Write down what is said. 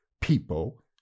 people